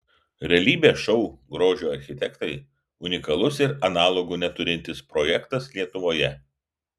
realybės šou grožio architektai unikalus ir analogų neturintis projektas lietuvoje